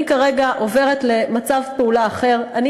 אני כרגע עוברת למצב פעולה אחר: אני